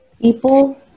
People